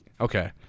Okay